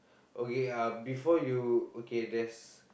okay uh before you okay there's